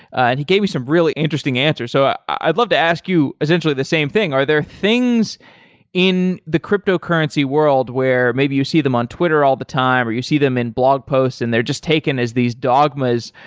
and he gave me some really interesting answers. so i'd love to ask you essentially the same thing. are there things in the cryptocurrency world where maybe you see them on twitter all the time, or you see them in blog posts and they're just taken as these dogmas,